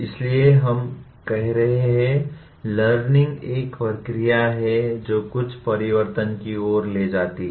इसलिए हम कह रहे हैं लर्निंग एक प्रक्रिया है जो कुछ परिवर्तन की ओर ले जाती है